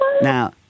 Now